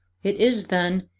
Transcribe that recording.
it is, then,